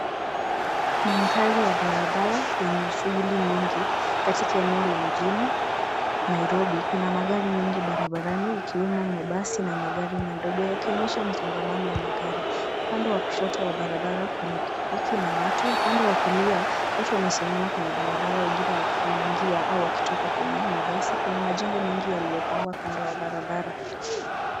Mandhari ya barabara yenye shughuli nyingi katika eneo la mjini Nairobi kuna magari mengi barabarani ikiwemo mabasi na magari madogo yakionyesha msongamano wa magari. Upande wa kushoto wa barabara kuna pikipiki na watu. Upande wa kulia watu wamesimama kwenye barabara wengine wakiingia au wakitoka kwenye mabasi. Kuna majengo mengi yaliyopangwa kando ya barabara.